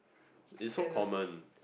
is so common